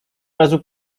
razu